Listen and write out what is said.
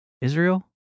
Israel